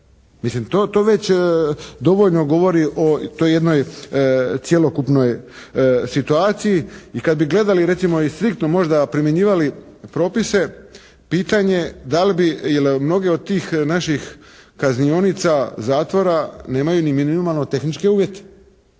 Mislim, to već dovoljno govori o toj jednoj cjelokupnoj situaciji i kad bi gledali, recimo, i striktno možda primjenjivali propise, pitanje da li bi, jer mnogi od tih naših kaznionica, zatvora nemaju ni minimalno tehničke uvjete.